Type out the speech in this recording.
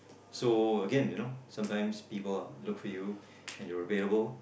so again you know sometimes people look for you and you're available